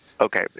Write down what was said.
okay